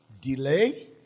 delay